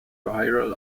viral